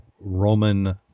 Roman